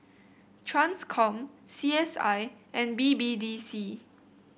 Transcom C S I and B B D C